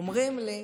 אומרים לי: